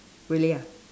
really ah